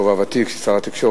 בכובע הוותיק של שר התקשורת,